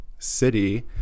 City